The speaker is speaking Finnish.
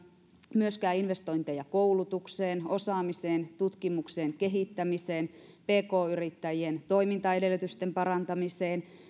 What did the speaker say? myöskään investointeja koulutukseen osaamiseen tutkimukseen kehittämiseen pk yrittäjien toimintaedellytysten parantamiseen